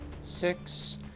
six